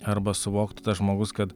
arba suvoktų tas žmogus kad